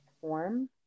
form